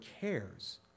cares